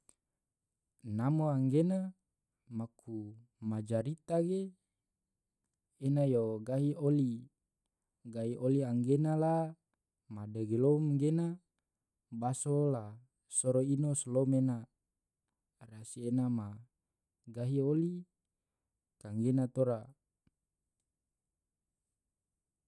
namo angena maku majarita ge ena yo gahi oli, gahi oli anggena la ma dagilom gena baso la soro ino solom ena, rasi ena ma gahi oli kagena tora.